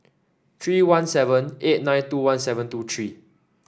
three one seven eight nine two one seven two three